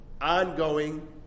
ongoing